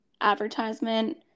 advertisement